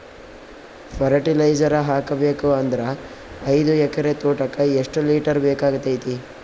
Fertiliser ಹಾಕಬೇಕು ಅಂದ್ರ ಐದು ಎಕರೆ ತೋಟಕ ಎಷ್ಟ ಲೀಟರ್ ಬೇಕಾಗತೈತಿ?